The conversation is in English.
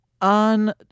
on